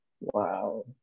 Wow